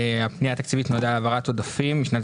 הפנייה התקציבית נועדה להעברת עודפים משנת